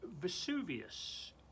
vesuvius